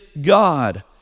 God